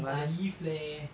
很 naive leh